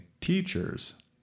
teachers